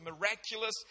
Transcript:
miraculous